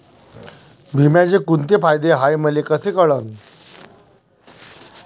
बिम्याचे कुंते फायदे हाय मले कस कळन?